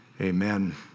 Amen